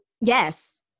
Yes